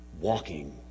walking